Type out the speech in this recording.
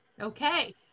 Okay